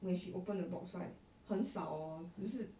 when she opened the box right 很少 orh 只是